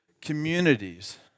communities